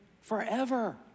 forever